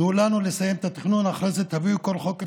תנו לנו לסיים את התכנון ואחרי זה תביאו כל חוק אפשרי.